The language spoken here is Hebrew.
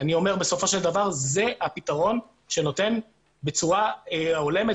אני אומר שבסופו של דבר זה הפתרון שנותן בצורה הולמת